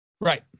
Right